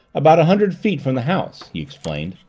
about a hundred feet from the house, he explained.